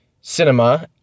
cinema